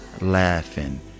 laughing